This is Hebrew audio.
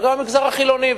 וגם המגזר החילוני.